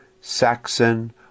Saxon